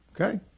Okay